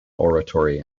oratory